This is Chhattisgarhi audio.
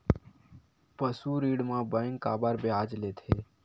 पशु ऋण म बैंक काबर ब्याज लेथे?